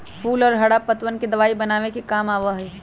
फूल और हरा पत्तवन के दवाई बनावे के काम आवा हई